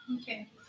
Okay